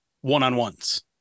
one-on-ones